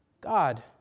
God